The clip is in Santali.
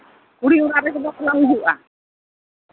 ᱠᱩᱲᱤ ᱚᱲᱟᱜ ᱨᱮᱜᱮ ᱵᱟᱯᱞᱟ ᱦᱩᱭᱩᱜᱼᱟ